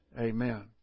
Amen